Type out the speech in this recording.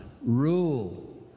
Rule